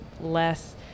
less